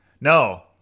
No